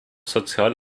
sozial